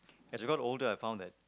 as I got older I found that